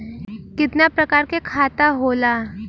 कितना प्रकार के खाता होला?